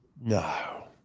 No